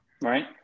right